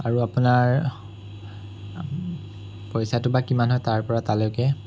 আৰু আপোনাৰ পইচাটো বা কিমান হয় তাৰপৰা তালৈকে